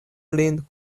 lin